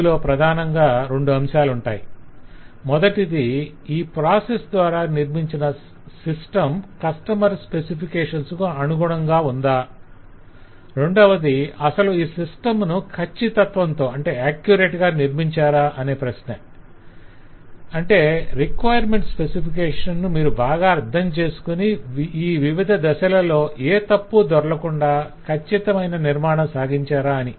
ఇందులో ప్రధానంగా రెండు అంశాలుంటాయి మొదటిది ఈ ప్రాసెస్ ద్వారా నిర్మించిన సిస్టమ్ కస్టమర్ స్పెసిఫికేషన్స్ కు అనుగుణంగా ఉందా రెండవది అసలు ఈ సిస్టమ్ ను కచ్చితత్వంతో నిర్మించారా అనే ప్రశ్న అంటే రిక్వైర్మెంట్స్ స్పెసిఫికేషన్ ను మీరు బాగా అర్ధం చేసుకొని ఈ వివిధ దశలలో ఏ తప్పూ దొర్లకుండా కచ్చితమైన నిర్మాణం సాగించారా అని